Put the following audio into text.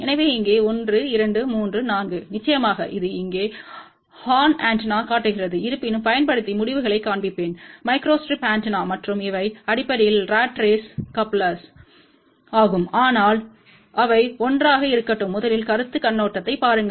எனவே இங்கே 1 2 3 4 நிச்சயமாக இது இங்கே ஹார்ன் ஆண்டெனாவைக் காட்டுகிறதுஇருப்பினும் பயன்படுத்தி முடிவுகளைக் காண்பிப்பேன் மைக்ரோஸ்ட்ரிப் ஆண்டெனா மற்றும் இவை அடிப்படையில் ராட் ரேஸ் கப்ளர்கள் ஆகும் ஆனால் அவை ஒன்றாக இருக்கட்டும் முதலில் கருத்துக் கண்ணோட்டத்தைப் பாருங்கள்